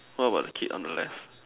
what about the kid on the left